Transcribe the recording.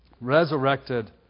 Resurrected